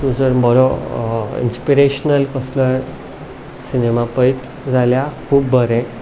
तूं जर बरो इन्स्पिरेशनल कसलो सिनेमा पयत जाल्यार खूब बरें